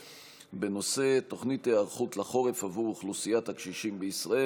בנושא: תוכנית היערכות לחורף עבור אוכלוסיית הקשישים בישראל.